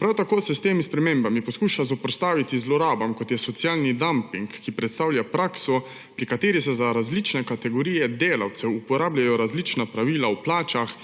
Prav tako se s temi spremembami poskuša zoperstaviti zlorabam, kot je socialni damping, ki predstavlja prakso, pri kateri se za različne kategorije delavcev uporabljajo različna pravila v plačah